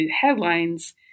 headlines